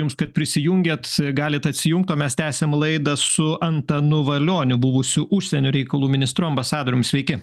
jums kad prisijungėt galit atsijungt o mes tęsiam laidą su antanu valioniu buvusiu užsienio reikalų ministru ambasadorium sveiki